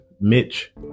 Mitch